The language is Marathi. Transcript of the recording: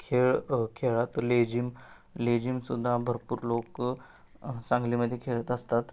खेळ खेळात लेझिम लेझिमसुद्धा भरपूर लोकं सांगलीमध्ये खेळत असतात